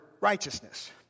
righteousness